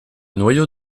noyau